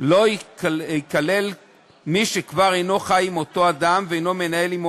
לא ייכלל מי שכבר אינו חי עם אותו אדם ואינו מנהל עמו